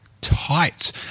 Tight